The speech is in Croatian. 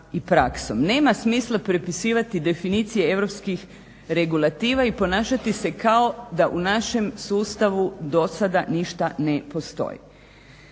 Nema smisla prepisivati definicije Europskih regulativa i ponašati se kao da u našem sustavu do sad ništa ne postoji.